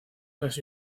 las